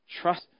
Trust